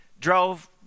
drove